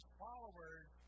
followers